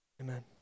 amen